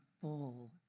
full